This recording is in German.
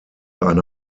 eine